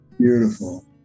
Beautiful